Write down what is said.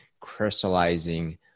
crystallizing